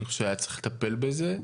אני חושב שהיה צריך לטפל בזה.